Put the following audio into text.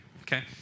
okay